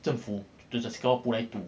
政府 to singapore pools 来赌